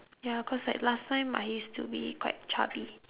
ya cause like last time I used to be quite chubby